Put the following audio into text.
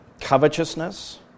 covetousness